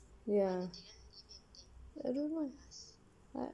ya I don't know